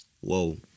Whoa